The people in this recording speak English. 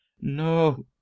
No